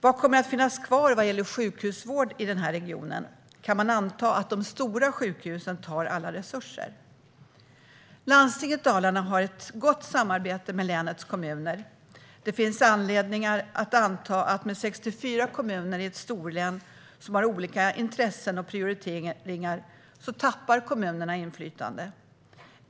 Vad kommer att finnas kvar i den regionen vad gäller sjukhusvård? Kan man anta att de stora sjukhusen kommer att ta alla resurser? Landstinget Dalarna har ett gott samarbete med länets kommuner. I ett storlän med 64 kommuner finns det anledning att anta att kommunerna, som har olika intressen och prioriteringar, skulle tappa inflytande.